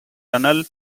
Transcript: tunnel